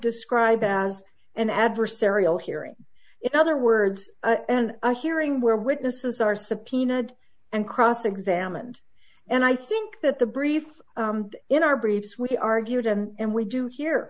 describe as an adversarial hearing it in other words and a hearing where witnesses are subpoenaed and cross examined and i think that the brief in our briefs we argued and we do hear